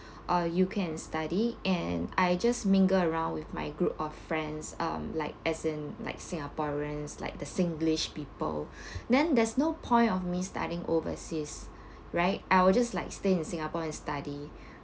or you can study and I just mingle around with my group of friends um like as in like singaporeans like the singlish people then there's no point of me studying overseas right I will just like stay in singapore and study